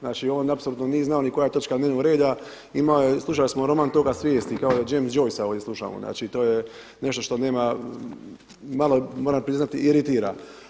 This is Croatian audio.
Znači on apsolutno nije znao ni koja je točka dnevnog reda, slušali smo roman toka svijesti kao da James Joysa ovdje slušamo, znači to je nešto što nema, malo moram priznati iritira.